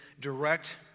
direct